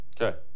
Okay